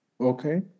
Okay